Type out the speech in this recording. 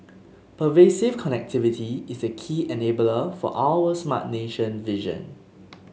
pervasive connectivity is a key enabler for our Smart Nation vision